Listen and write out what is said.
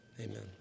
Amen